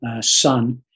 son